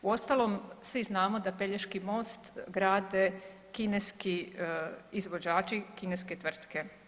Uostalom, svim znamo da Pelješki most grade kineski izvođači i kineske tvrtke.